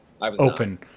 open